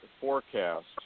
forecast